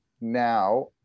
now